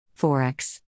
Forex